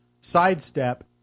sidestep